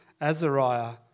Azariah